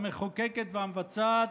המחוקקת והמבצעת,